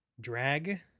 drag